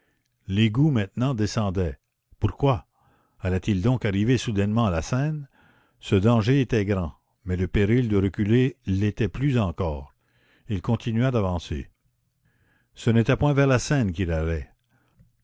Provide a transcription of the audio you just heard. l'égout maintenant descendait pourquoi allait-il donc arriver soudainement à la seine ce danger était grand mais le péril de reculer l'était plus encore il continua d'avancer ce n'était point vers la seine qu'il allait